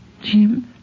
Jim